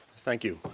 thank you.